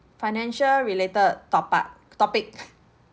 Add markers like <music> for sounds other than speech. financial related top up topic <breath>